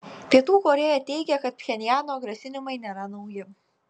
pietų korėja teigia kad pchenjano grasinimai nėra nauji